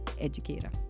educator